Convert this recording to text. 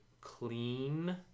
clean